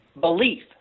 belief